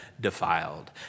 defiled